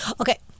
Okay